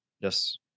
Yes